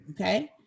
Okay